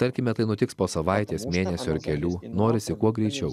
tarkime tai nutiks po savaitės mėnesio ar kelių norisi kuo greičiau